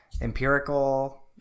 empirical